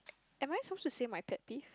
am I supposed to say my pet peeve